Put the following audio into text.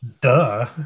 duh